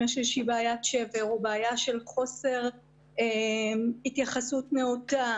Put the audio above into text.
יש בעיית שבר או בעיה של חוסר התייחסות נאותה.